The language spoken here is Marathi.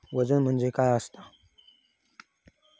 वजन म्हणजे काय असता?